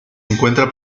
encuentra